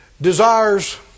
desires